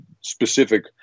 specific